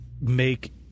make